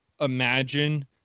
imagine